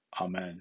Amen